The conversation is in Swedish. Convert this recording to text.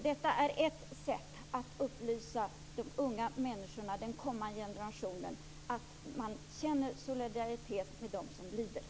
Detta är ett sätt att upplysa unga människor, den kommande generationen, om att man känner solidaritet med dem som lider.